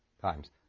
times